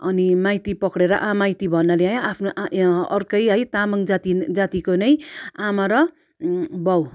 अनि माइती पक्रेर माइती भन्नाले है आफ्नो अर्कै है तामाङ जाति जातिको नै आमा र बाउ